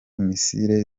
missile